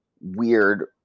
weird